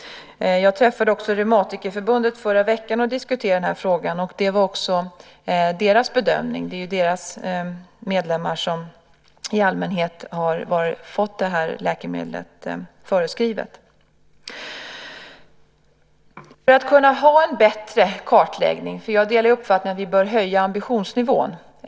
Jag träffade Reumatikerförbundet förra veckan och diskuterade den här frågan, och det var också deras bedömning. Det är i allmänhet deras medlemmar som har fått detta läkemedel förskrivet. För att vi ska kunna ha en bättre kartläggning delar jag uppfattningen att vi bör höja ambitionsnivån.